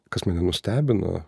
kas mane nustebino